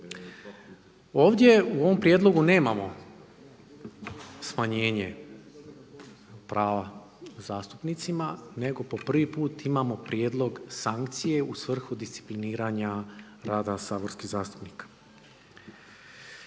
Ovdje u ovom prijedlogu nemamo smanjenje prava zastupnicima nego po prvi put imamo prijedlog sankcije u svrhu discipliniranja rada saborskih zastupnika.